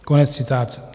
Konec citátu.